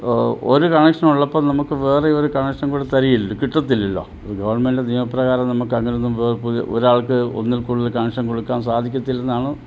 ഒരു കണക്ഷൻ ഉള്ളപ്പോൾ നമുക്ക് വേറെ ഒരു കണക്ഷൻ കൂടെ തരികയില്ല കിട്ടില്ലല്ലോ അത് ഗവൺമെൻ്റ് നിയമപ്രകാരം നമുക്ക് അങ്ങനെ ഒന്നും പുതിയ ഒരാൾക്ക് ഒന്നിൽ കൂടുതൽ കണക്ഷൻ കൊടുക്കാൻ സാധിക്കില്ല എന്നാണ്